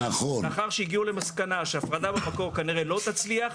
לאחר שהגיעו למסקנה שהפרדה במקור כנראה לא תצליח,